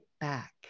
back